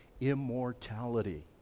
immortality